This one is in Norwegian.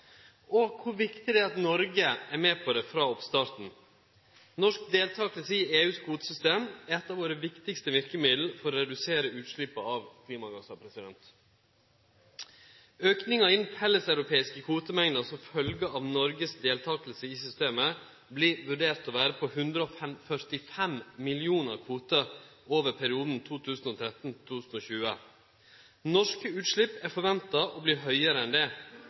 og kor viktig det er at Noreg er med på det frå oppstarten. Norsk deltaking i EUs kvotesystem er eit av våre viktigaste verkemiddel for å redusere utsleppa av klimagassar. Auken i den felleseuropeiske kvotemengda som følgje av Noregs deltaking i systemet vert vurdert til å vere på 145 millionar kvotar over perioden 2013–2020. Norske utslepp er forventa å verte høgare enn det.